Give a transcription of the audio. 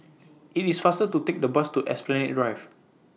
IT IS faster to Take The Bus to Esplanade Drive